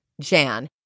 Jan